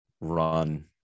run